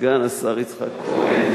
סגן השר יצחק כהן,